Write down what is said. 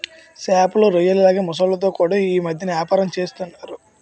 సేపలు, రొయ్యల్లాగే మొసల్లతో కూడా యీ మద్దెన ఏపారం సేస్తన్నారు